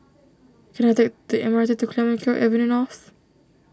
can I take the M R T to Clemenceau Avenue North